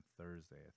Thursday